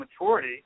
maturity